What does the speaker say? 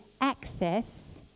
access